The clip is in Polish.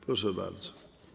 Proszę bardzo.